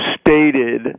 stated